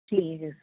ਠੀਕ ਆ